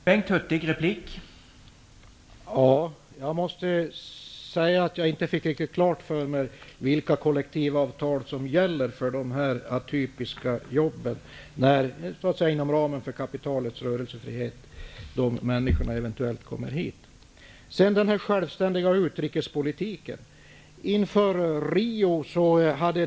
Herr talman! Jag fick inte riktigt klart för mig vilka kollektivavtal som gäller för de atypiska jobben, när dessa människor, inom ramen för kapitalets rörelsefrihet, eventuellt kommer hit. När det gäller detta med självständig utrikespolitik vill jag säga följande.